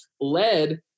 led